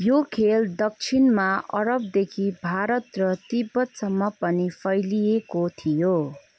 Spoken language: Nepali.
यो खेल दक्षिणमा अरबदेखि भारत र तिब्बतसम्म पनि फैलिएको थियो